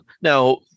Now